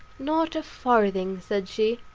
not a farthing, said she.